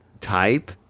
type